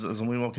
אז אומרים: אוקיי,